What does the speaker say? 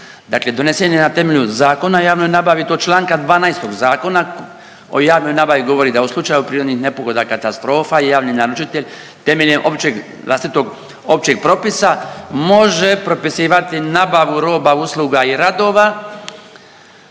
Dakle, donesen je na temelju Zakona o javnoj nabavi i to članka 12. Zakona o javnoj nabavi govori da u slučaju prirodnih nepogoda, katastrofa javni naručitelj temeljem općeg vlastitog općeg propisa može propisivati nabavu roba, usluga i radova